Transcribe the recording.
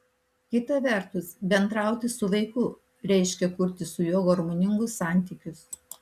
kita vertus bendrauti su vaiku reiškia kurti su juo harmoningus santykius